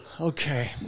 Okay